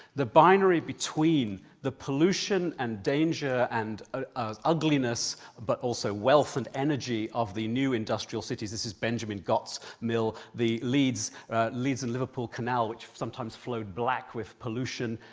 the binary between the pollution and danger and ah ugliness but also wealth and energy of the new industrial cities. this is benjamin gotts' mill the leeds leeds and liverpool canal, which sometimes flowed black with pollution.